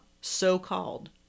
so-called